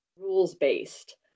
rules-based